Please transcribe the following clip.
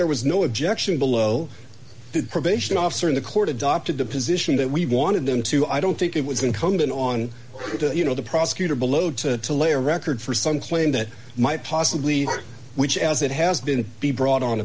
there was no objection below the probation officer in the court adopted the position that we wanted them to i don't think it was incumbent on you know the prosecutor below to to lay a record for some claim that might possibly which as it has been be brought on